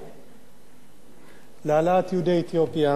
להעלאת יהודי אתיופיה ב-1991.